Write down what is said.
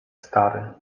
stary